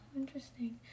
Interesting